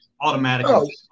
automatically